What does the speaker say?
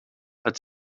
het